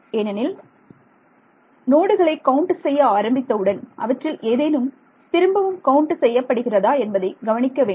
ஏனெனில் நோடுகளை கவுண்ட் செய்ய ஆரம்பித்தவுடன் அவற்றில் ஏதேனும் திரும்பவும் கவுண்ட் செய்ய படுகிறதா என்பதை கவனிக்க வேண்டும்